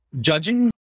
judging